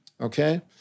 okay